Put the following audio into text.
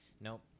Nope